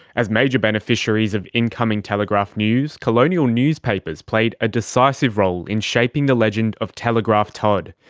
as major beneficiaries of incoming telegraph news, colonial newspapers played a decisive role in shaping the legend of telegraph todd.